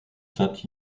saint